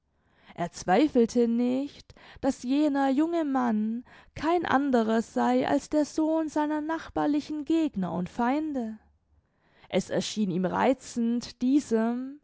er zweifelte nicht daß jener junge mann kein anderer sei als der sohn seiner nachbarlichen gegner und feinde es erschien ihm reizend diesem